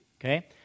Okay